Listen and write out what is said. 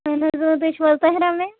اَہَن حظ تُہۍ چھُو حظ طاہِرا میم